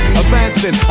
advancing